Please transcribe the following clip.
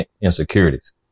insecurities